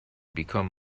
become